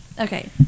Okay